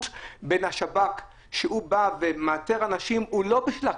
בין השב"כ שמאתר אנשים לא בשביל האכיפה,